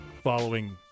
following